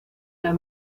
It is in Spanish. las